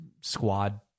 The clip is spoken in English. squad